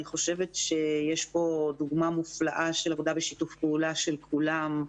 אני חושבת שיש פה דוגמה מופלאה של עבודה בשיתוף פעולה של כולם,